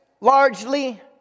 largely